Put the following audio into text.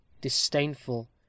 disdainful